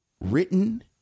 Written